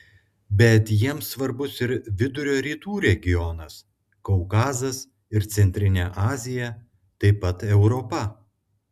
bet jiems svarbus ir vidurio rytų regionas kaukazas ir centrinė azija taip pat europa